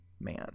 man